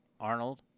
Arnold